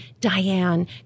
Diane